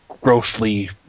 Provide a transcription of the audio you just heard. grossly